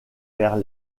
vers